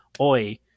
oi